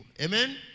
Amen